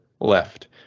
left